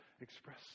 express